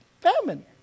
famine